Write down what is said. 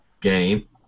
game